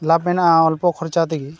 ᱞᱟᱵᱷ ᱢᱮᱱᱟᱜᱼᱟ ᱚᱞᱯᱚ ᱠᱷᱚᱨᱪᱟ ᱛᱮᱜᱮ